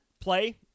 play